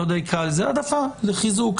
לחיזוק,